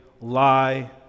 lie